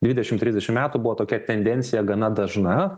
dvidešim trisdešim metų buvo tokia tendencija gana dažna